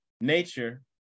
nature